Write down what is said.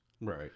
Right